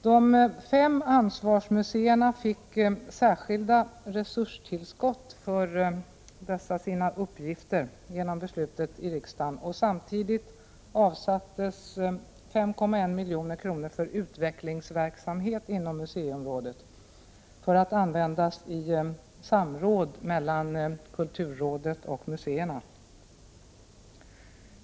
De fem ansvarsmuseerna fick särskilda resurstillskott för dessa sina uppgifter genom beslutet i riksdagen. Samtidigt avsattes 5,1 milj.kr. för utvecklingsverksamhet inom museiområdet för att användas i samråd mellan kulturrådet och museerna.